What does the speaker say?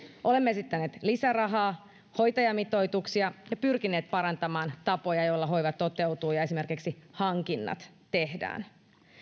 olemme esittäneet lisärahaa ja hoitajamitoituksia ja pyrkineet parantamaan tapoja joilla hoiva toteutuu ja esimerkiksi hankinnat tehdään